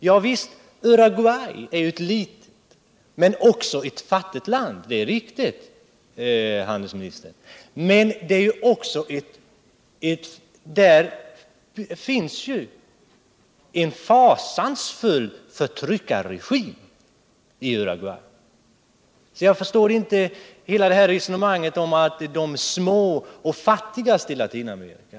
Ja, visst, Uruguay är ett litet, men också ett fattigt land — det är riktigt, handelsministern. Men i Uruguay finns ju en fasansfull förtryckarregim. Jag förstår inte hela det här resonemanget om de små och fattigaste länderna i Latinamerika.